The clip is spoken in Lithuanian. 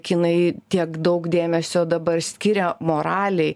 kinai tiek daug dėmesio dabar skiria moralei